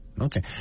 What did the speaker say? Okay